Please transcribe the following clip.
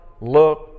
look